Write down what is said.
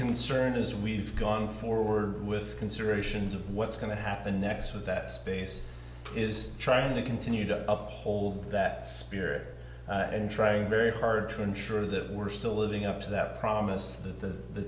concern as we've gone forward with considerations of what's going to happen next for that space is trying to continue to up hold that spirit and trying very hard to ensure that we're still living up to that promise that the